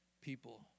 people